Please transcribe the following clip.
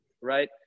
Right